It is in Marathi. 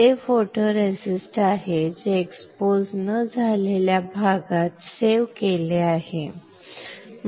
हे फोटोरेसिस्ट आहे जे एक्सपोज न झालेल्या भागात सेव्ह केले आहे